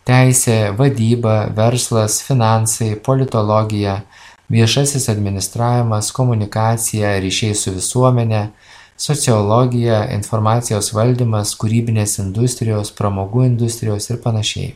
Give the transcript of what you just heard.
teisė vadyba verslas finansai politologija viešasis administravimas komunikacija ryšiai su visuomene sociologija informacijos valdymas kūrybinės industrijos pramogų industrijos ir panašiai